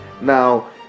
now